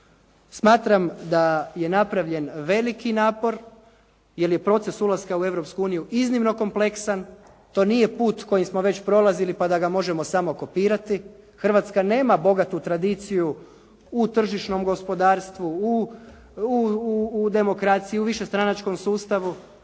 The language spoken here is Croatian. Smatram da je napravljen veliki napor jer je proces ulaska u Europsku uniju iznimno kompleksan. To nije put kojim smo već prolazili pa da ga možemo samo kopirati. Hrvatska nema bogatu tradiciju u tržišnom gospodarstvu, u demokraciji, u višestranačkom sustavu.